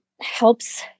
helps